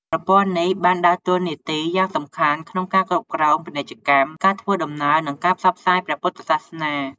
ប្រព័ន្ធនេះបានដើរតួនាទីយ៉ាងសំខាន់ក្នុងការគ្រប់គ្រង ពាណិជ្ជកម្ម ការធ្វើដំណើរ និងការផ្សព្វផ្សាយព្រះពុទ្ធសាសនា។